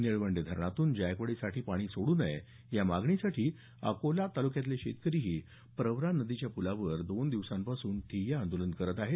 निळवंडे धरणातून जायकवाडीसाठी पाणी सोडू नये या मागणीसाठी अकोले तालुक्यातले शेतकरीही प्रवरा नदीच्या पुलावर दोन दिवसांपासून ठिय्या आंदोलन करत आहेत